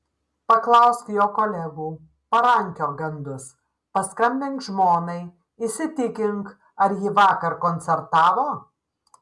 paklausk jo kolegų parankiok gandus paskambink žmonai įsitikink ar ji vakar koncertavo